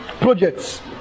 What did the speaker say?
Projects